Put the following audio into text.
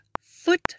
foot